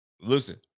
listen